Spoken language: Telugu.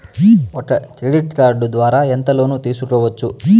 ఒక క్రెడిట్ కార్డు ద్వారా ఎంత లోను తీసుకోవచ్చు?